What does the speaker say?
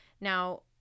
Now